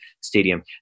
stadium